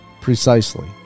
Precisely